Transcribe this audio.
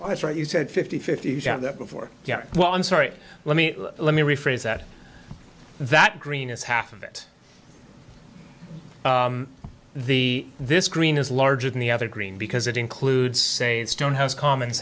that's right you said fifty fifty shot that before yeah well i'm sorry let me let me rephrase that that green is half of it the this green is larger than the other green because it includes a stone house comm